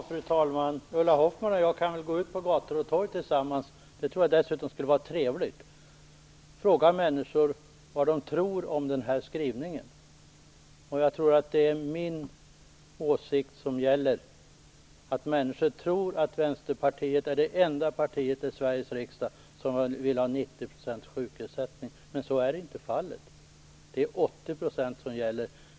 Fru talman! Ulla Hoffmann och jag kan väl gå ut på gator och torg tillsammans. Det tror jag dessutom skulle vara trevligt. Vi kunde fråga människor vad de tror om den här skrivningen. Jag tror att det är min åsikt som gäller. Människor tror att Vänsterpartiet är det enda parti i Sveriges riksdag som vill ha 90 % sjukersättning. Men så är inte fallet. Det är 80 % som gäller.